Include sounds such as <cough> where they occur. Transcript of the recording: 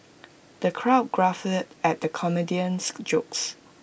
<noise> the crowd guffawed at the comedian's jokes